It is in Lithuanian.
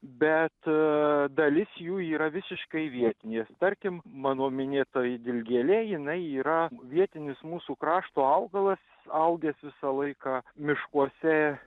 bet dalis jų yra visiškai vietinės tarkim mano minėtoji dilgėlė jinai yra vietinis mūsų krašto augalas augęs visą laiką miškuose